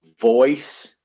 voice